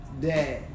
Dad